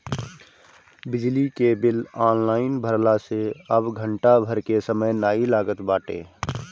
बिजली के bill online भरला से अब घंटा भर के समय नाइ लागत बाटे